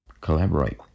collaborate